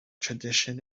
tradition